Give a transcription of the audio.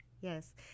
Yes